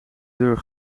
deur